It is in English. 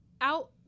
out